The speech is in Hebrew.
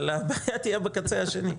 אבל הבעיה תהיה בקצה השני.